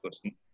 question